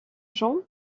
jean